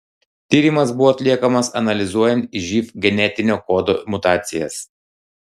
tyrimas buvo atliekamas analizuojant živ genetinio kodo mutacijas